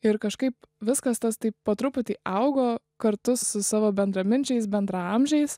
ir kažkaip viskas tas taip po truputį augo kartu su savo bendraminčiais bendraamžiais